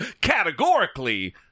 categorically